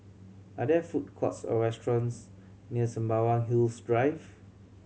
are there food courts or restaurants near Sembawang Hills Drive